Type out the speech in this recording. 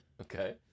Okay